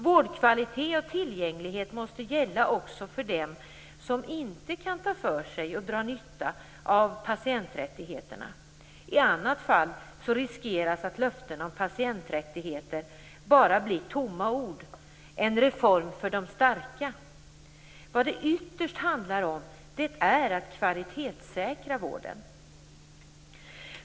Vårdkvalitet och tillgänglighet måste gälla också för dem som inte kan ta för sig och dra nytta av patienträttigheterna. I annat fall riskeras att löften om patienträttigheter bara blir tomma ord, en reform för de starka. Vad det ytterst handlar om är att kvalitetssäkra vården.